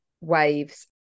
Waves